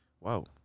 Wow